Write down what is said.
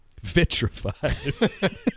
Vitrified